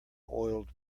oiled